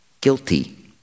guilty